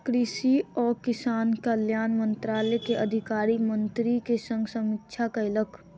कृषि आ किसान कल्याण मंत्रालय के अधिकारी मंत्री के संग समीक्षा कयलक